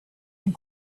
and